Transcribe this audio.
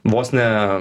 vos ne